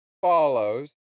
follows